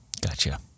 Gotcha